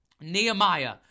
Nehemiah